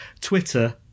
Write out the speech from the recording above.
Twitter